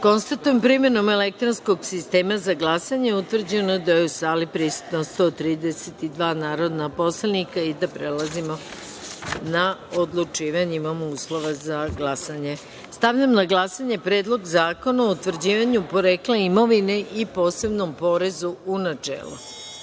da je primenom elektronskog sistema za glasanje utvrđeno da je u sali prisutno 132 narodna poslanika i da prelazimo na odlučivanje. Imamo uslove za glasanje. Stavljam na glasanje Predlog zakona o utvrđivanju porekla imovine i posebnom porezu, u